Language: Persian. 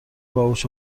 باهوش